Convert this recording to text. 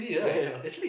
yeah